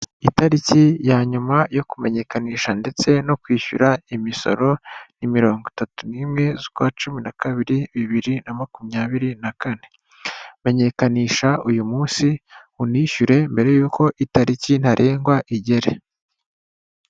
Itariki ya nyuma yo kumenyekanisha ndetse no kwishyura imisoro, ni mirongo itatu n'imwe z'ukwa cumi na kabiri, bibiri na makumyabiri na kane. Menyekanisha uyu munsi, unishyure mbere y'uko itariki ntarengwa igera.